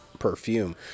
perfume